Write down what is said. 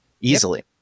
easily